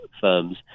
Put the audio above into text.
firms